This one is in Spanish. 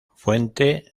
fuente